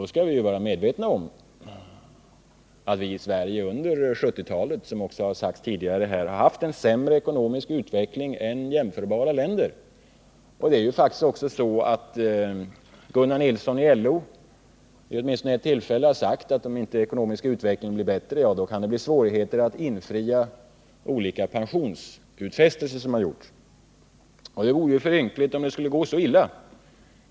Vi skall också vara medvetna om att vi i Sverige under 1970-talet — vilket har påpekats tidigare här i kammaren — har haft en sämre ekonomisk utveckling än jämförbara länder. Gunnar Nilsson i LO har åtminstone vid ett tillfälle sagt att om den ekonomiska utvecklingen inte blir bättre, kan det bli svårigheter att infria olika pensionsutfästelser som har gjorts. Det vore ju för ynkligt om det skulle gå så illa.